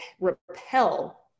repel